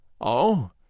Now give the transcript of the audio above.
Oh